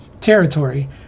Territory